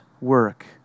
work